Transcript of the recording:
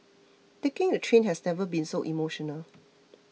taking the train has never been so emotional